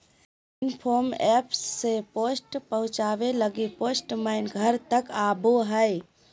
info app से post पहुचावे लगी पोस्टमैन घर तक आवो हय